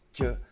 que